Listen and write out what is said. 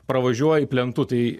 pravažiuoji plentu tai